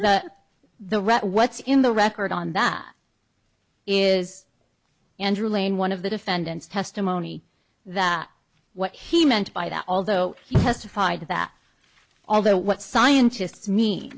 read what's in the record on that is andrew lane one of the defendants testimony that what he meant by that although he testified to that although what scientists me